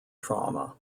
trauma